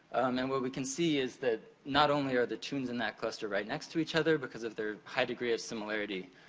and what we can see is that not only are the tunes in that cluster right next to each other, because of their high degree of similarity,